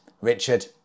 Richard